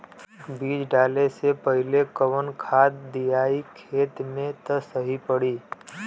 बीज डाले से पहिले कवन खाद्य दियायी खेत में त सही पड़ी?